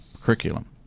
curriculum